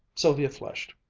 sylvia flushed.